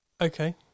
okay